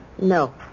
No